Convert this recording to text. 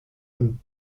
and